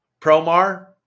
Promar